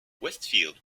westfield